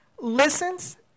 listens